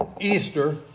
Easter